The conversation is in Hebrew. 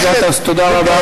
חבר הכנסת גטאס, תודה רבה.